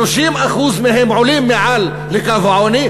30% מהם עולים מעל לקו העוני,